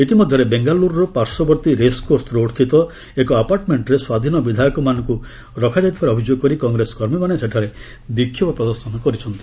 ଇତିମଧ୍ୟରେ ବେଙ୍ଗାଲ୍ରୁର ପାର୍ଶ୍ୱବର୍ତ୍ତୀ ରେସ୍କୋର୍ସ୍ ରୋଡ୍ ସ୍ଥିତ ଏକ ଆପାର୍ଟ୍ମେଣ୍ଟରେ ସ୍ୱାଧୀନ ବିଧାୟକମାନଙ୍କ ରଖାଯାଇଥିବାର ଅଭିଯୋଗ କରି କଂଗ୍ରେସ କର୍ମୀମାନେ ସେଠାରେ ବିକ୍ଷୋଭ ପ୍ରଦର୍ଶନ କରିଛନ୍ତି